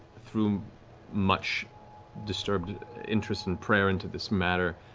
through much disturbed interest and prayer into this matter,